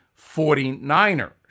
49ers